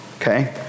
okay